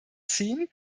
ziehen